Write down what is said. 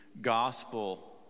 gospel